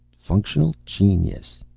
functional genius.